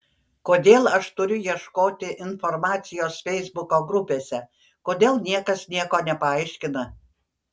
kodėl aš turiu ieškoti informacijos feisbuko grupėse kodėl niekas nieko nepaaiškina